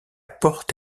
porte